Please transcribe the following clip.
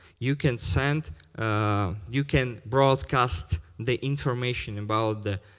you can send you can broadcast the information about the